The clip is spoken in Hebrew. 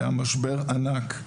היה משבר ענק.